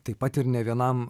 taip pat ir ne vienam